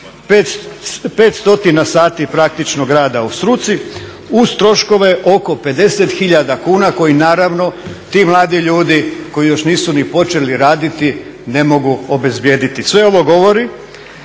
sati praktičnog rada u struci uz troškove oko 50 hiljada kuna koji naravno ti mladi ljudi koji još nisu ni počeli raditi ne mogu obezbijediti. Sve ovo govori